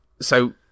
So-